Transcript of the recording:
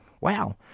Wow